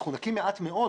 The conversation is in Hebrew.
אנחנו נקים מעט מאוד